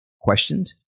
questioned